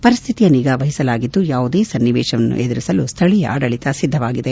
ಪರಿಸ್ಥಿತಿಯ ನಿಗಾ ವಹಿಸಲಾಗಿದ್ದು ಯಾವುದೇ ಸನ್ನಿವೇಶವನ್ನು ಎದುರಿಸಲು ಸ್ತಳೀಯ ಆಡಳಿತ ಸಿದ್ದವಾಗಿದೆ